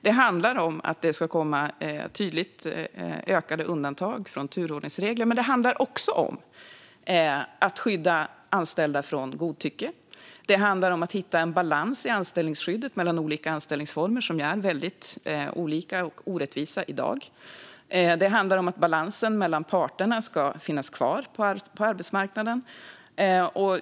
Det handlar om att det ska komma tydligt ökade undantag från turordningsreglerna, men det handlar också om att skydda anställda från godtycke, att hitta en balans i anställningsskyddet mellan olika anställningsformer, där det är väldigt olika och orättvist i dag, och om att balansen mellan parterna ska finnas kvar på arbetsmarknaden.